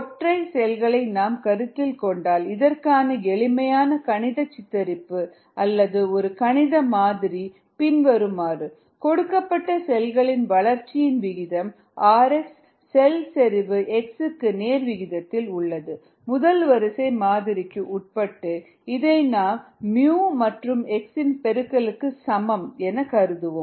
ஒற்றை பெண்களை நாம் கருத்தில் கொண்டால் இதற்கான எளிமையான கணித சித்திரிப்பு அல்லது ஒரு கணித மாதிரி பின்வருமாறு கொடுக்கப்பட்ட செல்களின் வளர்ச்சியின் வீதம் rx செல் செறிவு x க்கு நேர் விகிதத்தில் உள்ளது முதல் வரிசை மாதிரிக்கு உட்பட்டு இதை நாம் µ மற்றும் x இன் பெருக்கலுக்கு சமம் என கருதுவோம்